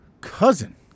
Cousin